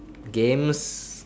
games